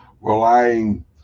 relying